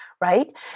right